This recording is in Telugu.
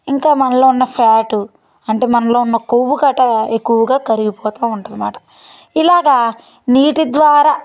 ఇంకా మనలో ఉన్న ఫ్యాటు అంటే మనలో ఉన్న కొవ్వు గటా ఎక్కువగా కరిగిపోతు ఉంటుంది అన్నమాట ఇలాగ నీటి ద్వారా